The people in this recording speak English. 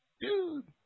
dude